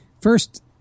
first